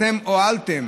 אתם הועלתם.